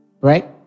Right